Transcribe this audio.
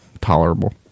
tolerable